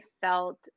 felt